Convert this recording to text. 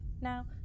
now